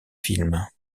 films